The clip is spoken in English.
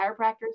chiropractors